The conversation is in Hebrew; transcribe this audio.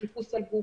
בחיפוש על גוף,